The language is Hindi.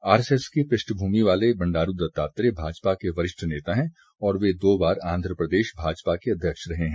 आरएसएस की पृष्ठभूमि वाले बंडारू दत्तात्रेय भाजपा के वरिष्ठ नेता हैं और वे दो बार आंध्र प्रदेश भाजपा के अध्यक्ष रहे हैं